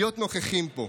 להיות נוכחים פה?